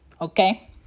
okay